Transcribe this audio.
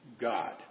God